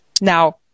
Now